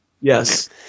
Yes